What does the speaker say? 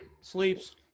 Sleeps